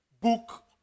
book